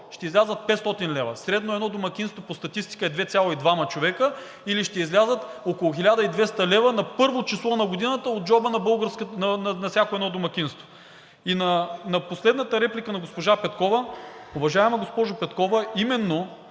ще излязат 500 лв. Средно едно домакинство по статистика е 2,2 човека, или ще излязат около 1200 лв. на първо число на годината от джоба на всяко едно домакинство. На последната реплика на госпожа Петкова. Уважаема госпожо Петкова, именно